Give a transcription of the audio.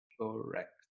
Correct